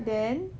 then